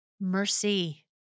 Mercy